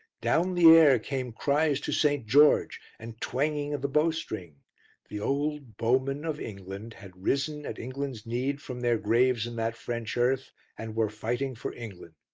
down the air came cries to st. george and twanging of the bow-string the old bowmen of england had risen at england's need from their graves in that french earth and were fighting for england.